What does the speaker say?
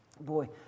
boy